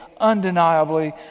undeniably